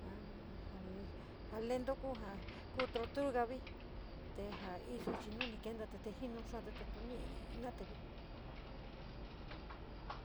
A ja lento ka ja tortuga vií tou ja iso nu nii kentati te jinu xaa ti tetu ñítí natí vi.